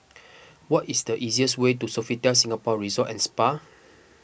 what is the easiest way to Sofitel Singapore Resort at Spa